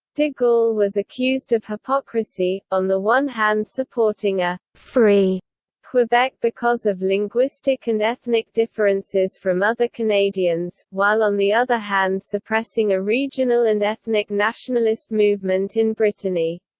de gaulle was accused of hypocrisy, on the one hand supporting a free quebec because of linguistic and ethnic differences from other canadians, while on the other hand suppressing a regional and ethnic nationalist movement in brittany.